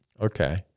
Okay